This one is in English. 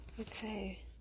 Okay